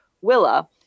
willa